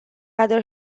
other